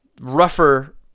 rougher